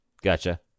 Gotcha